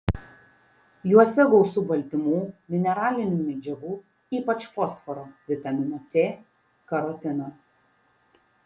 juose gausu baltymų mineralinių medžiagų ypač fosforo vitamino c karotino